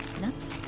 nuts,